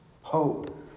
hope